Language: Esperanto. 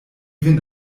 vin